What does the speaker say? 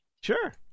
Sure